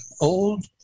old